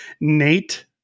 Nate